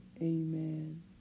Amen